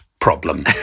problem